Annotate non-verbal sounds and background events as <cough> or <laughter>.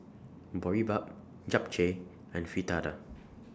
Boribap Japchae and Fritada <noise>